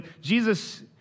Jesus